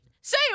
say